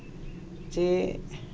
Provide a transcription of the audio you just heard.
ᱪᱮ